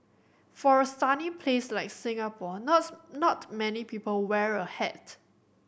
for a sunny place like Singapore not many people wear a hat